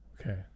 Okay